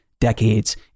decades